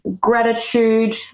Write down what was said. Gratitude